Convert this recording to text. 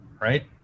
right